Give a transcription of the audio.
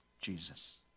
Jesus